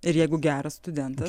ir jeigu geras studentas